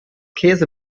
käse